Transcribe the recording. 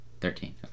Thirteen